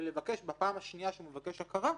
אלא לבקש בפעם השנייה שהוא מבקש הכרה,